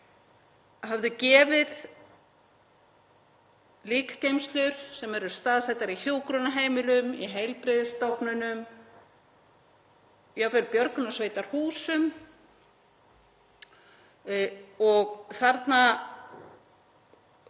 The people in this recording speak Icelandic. höfðu gefið líkgeymslur sem eru staðsettar í hjúkrunarheimilum, í heilbrigðisstofnunum, jafnvel björgunarsveitarhúsum. Þarna